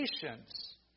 patience